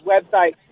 website